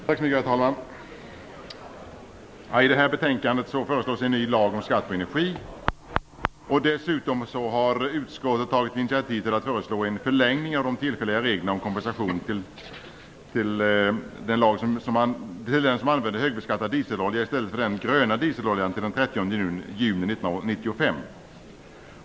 Herr talman! I det här betänkandet föreslås en ny lag om skatt på energi. Dessutom har utskottet tagit initiativ till att föreslå en förlängning av de tillfälliga reglerna om kompensation till den som använder högbeskattad dieselolja i stället för den gröna dieseloljan till den 30 juni 1995.